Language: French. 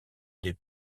des